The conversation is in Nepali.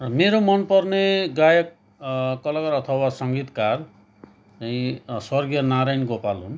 मेरो मनपर्ने गायक कलाकार अथवा सङ्गीतकार चाहिँ स्वर्गीय नारायण गोपाल हुन्